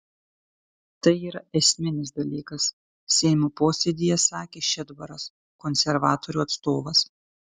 tai yra esminis dalykas seimo posėdyje sakė šedbaras konservatorių atstovas